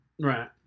Right